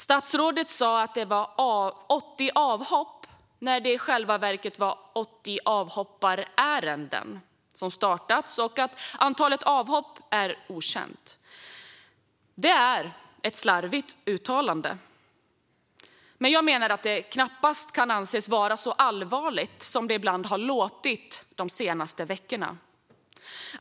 Statsrådet sa att det var 80 avhopp när det i själva verket var fråga om 80 avhopparärenden som startats. Antalet avhopp är okänt. Det är ett slarvigt uttalande, men jag menar att det knappast kan anses vara så allvarligt som det ibland har låtit de senaste veckorna.